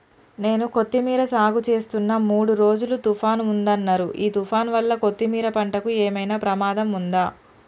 నేను కొత్తిమీర సాగుచేస్తున్న మూడు రోజులు తుఫాన్ ఉందన్నరు ఈ తుఫాన్ వల్ల కొత్తిమీర పంటకు ఏమైనా ప్రమాదం ఉందా?